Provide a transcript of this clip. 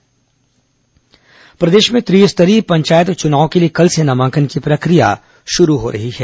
त्रिस्तरीय पंचायत चुनाव प्रदेश में त्रिस्तरीय पंचायत चुनाव के लिए कल से नामांकन की प्रक्रिया शुरू हो रही है